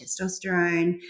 testosterone